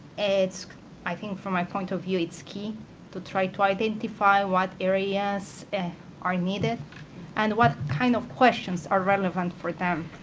i think, from my point of view, it's key to try to identify what areas are needed and what kind of questions are relevant for them.